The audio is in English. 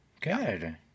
Good